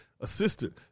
assistant